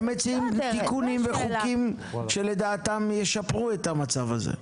הם מציעים תיקונים וחוקים שלדעתם ישפרו את המצב הזה.